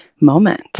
moment